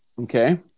Okay